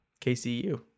KCU